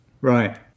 Right